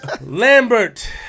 Lambert